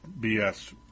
BS